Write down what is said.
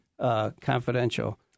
Confidential